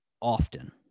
often